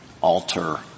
alter